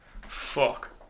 Fuck